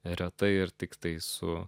retai ir tiktai su